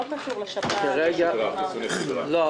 לא שפעת.